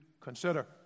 consider